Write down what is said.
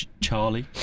Charlie